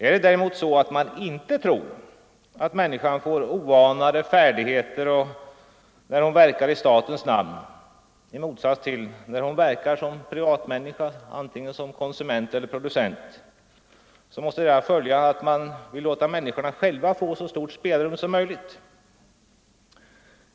Är det däremot så att man inte tror att människan får oanade färdigheter när hon verkar i statens namn i motsats till när hon verkar som privatkonsument eller producent, då måste därav följa att man låter människorna själva få så stort spelrum som möjligt.